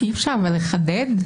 אי-אפשר לחדד?